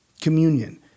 communion